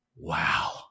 wow